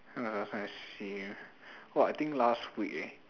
when was the last time I see him !wah! I think last week eh